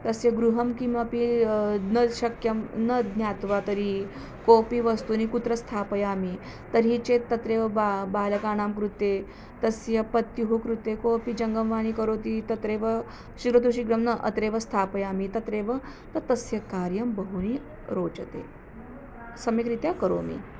तस्य गृहं किमपि न शक्यं न ज्ञात्वा तर्हि कोपि वस्तूनि कुत्र स्थापयामि तर्हि चेत् तत्रैव बा बालकानां कृते तस्य पत्युः कृते कोऽपि जङ्गमवाणी करोति तत्रैव शीघ्रं तु शीघ्रं न अत्रैव स्थापयामि तत्रैव तत् तस्य कार्यं बहूनि रोचते सम्यग्रीत्या करोमि